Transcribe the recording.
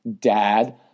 dad